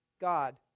God